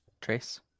Trace